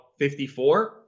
54